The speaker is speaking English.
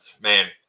man